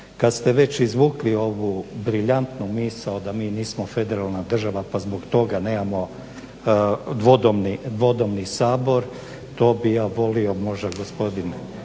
Kad ste već izvukli ovu briljantnu misao da mi nismo federalna država pa zbog toga nemamo dvodomni sabor, to bi ja volio možda gospodin